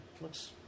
looks